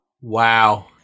Wow